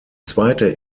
zweite